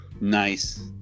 Nice